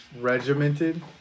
regimented